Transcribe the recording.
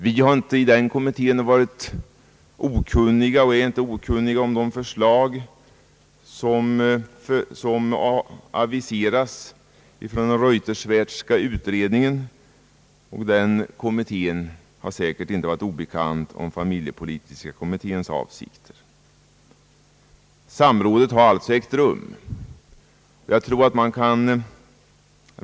Vi inom denna kommitté har inte varit okunniga om de förslag, som aviseras från den Reuterswärdska utredningen, och den utredningen har inte varit okunnig om familjepolitiska kommitténs avsikter. Samråd har alltså ägt rum.